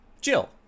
jill